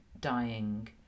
dying